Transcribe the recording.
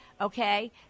okay